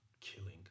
killing